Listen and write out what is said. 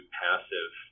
passive